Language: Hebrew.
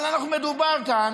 מדובר כאן